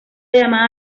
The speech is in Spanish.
llamada